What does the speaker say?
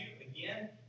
again